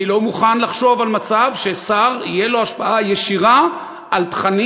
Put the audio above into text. אני לא מוכן לחשוב על מצב ששר תהיה לו השפעה ישירה על תכנים.